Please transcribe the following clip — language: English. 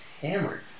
hammered